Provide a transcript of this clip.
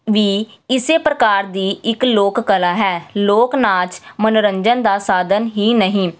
ਵੀ ਇਸੇ ਪ੍ਰਕਾਰ ਦੀ ਇੱਕ ਲੋਕ ਕਲਾ ਹੈ ਲੋਕ ਨਾਚ ਮਨੋਰੰਜਨ ਦਾ ਸਾਧਨ ਹੀ ਨਹੀਂ